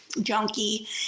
junkie